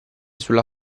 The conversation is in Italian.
sulla